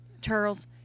Charles